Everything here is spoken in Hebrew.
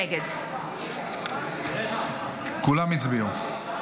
נגד כולם הצביעו.